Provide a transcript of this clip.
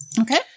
Okay